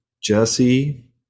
Jesse